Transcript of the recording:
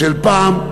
של פעם,